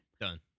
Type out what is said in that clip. Done